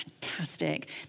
fantastic